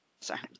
sorry